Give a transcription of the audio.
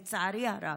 לצערי הרב,